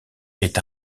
est